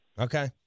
Okay